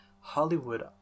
Hollywood